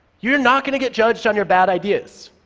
you are not going to get judged on your bad ideas.